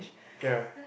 okay lah